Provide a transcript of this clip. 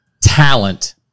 talent